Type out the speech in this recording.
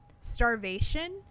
Starvation